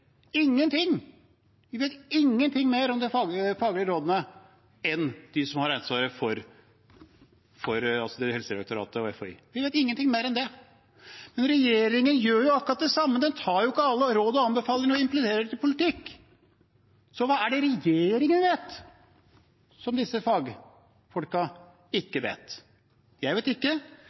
Ingenting – vi vet ingenting mer om de faglige rådene enn de som har ansvaret, Helsedirektoratet og FHI. Vi vet ingenting mer enn dem. Regjeringen gjør det samme, den tar ikke alle råd og anbefalinger og implementerer det til politikk. Hva er det regjeringen vet som disse fagfolkene ikke vet? Jeg vet ikke,